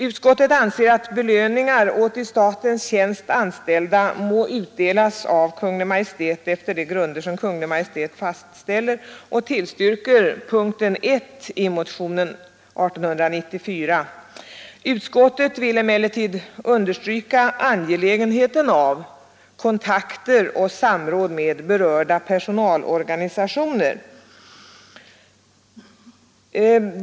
Utskottet anser att belöningar åt i statens tjänst anställda må utdelas av Kungl. Maj:t efter de grunder som Kungl. Maj:t fastställer och tillstyrker därför yrkandet i punkten 1 i motionen 1894. Utskottet vill emellertid understryka angelägenheten av kontakter och samråd med berörda personalorganisationer.